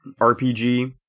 RPG